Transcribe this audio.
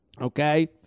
Okay